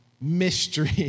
mystery